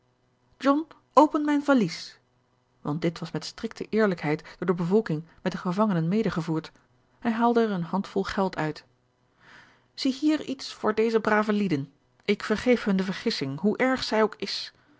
open mijn valies want dit was met strikte eerlijkheid door de bevolking met de gevangenen medegevoerd hij haalde er eene handvol geld uit ziehier iets voor deze brave lieden ik vergeef hun de vergissing hoe erg zij ook is